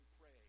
pray